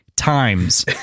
times